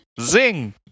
Zing